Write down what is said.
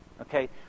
Okay